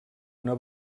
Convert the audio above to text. una